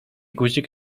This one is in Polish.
guzik